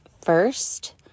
first